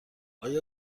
آیا